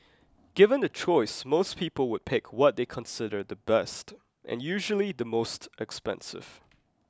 given the choice most people would pick what they consider the best and usually the most expensive